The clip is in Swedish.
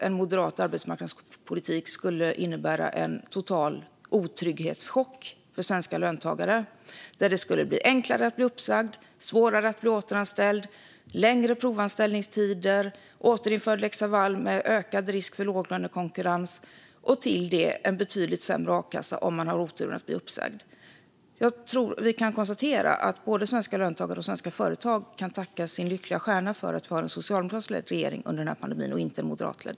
En moderat arbetsmarknadspolitik skulle innebära en total otrygghetschock för svenska löntagare. Det skulle bli lättare att bli uppsagd och svårare att bli återanställd. Provanställningstiderna skulle bli längre, lex Laval skulle återinföras med ökad risk för låglönekonkurrens och man skulle dessutom få en betydligt sämre a-kassa om man har oturen att bli uppsagd. Både svenska löntagare och svenska företag kan tacka sin lyckliga stjärna för att vi har en socialdemokratiskt ledd regering under pandemin och inte en moderatledd.